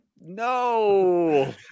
no